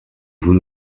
vous